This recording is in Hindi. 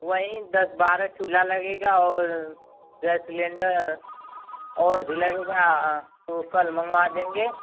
वहीं दस बारह चूल्हा लगेगा और गैस सिलेंडर और भी लगेगा तो कल मँगवा देंगे